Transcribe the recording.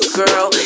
girl